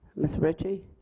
ms ritchie.